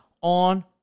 on